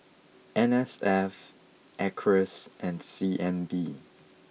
N S F Acres and C N B